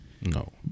No